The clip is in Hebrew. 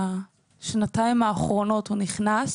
בשנתיים האחרונות הוא נכנס.